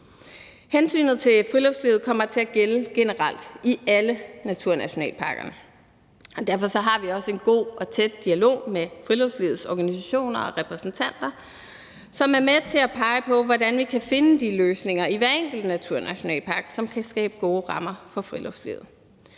Hensynet til friluftslivet kommer til at gælde generelt i alle naturnationalparkerne, og derfor har vi også en god og tæt dialog med friluftslivets organisationer og repræsentanter, som er med til at pege på, hvordan vi kan finde de løsninger i hver enkelt naturnationalpark, som kan skabe gode rammer for friluftslivet.